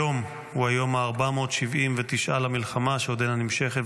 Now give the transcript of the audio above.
היום הוא היום ה-479 למלחמה, שעודנה נמשכת.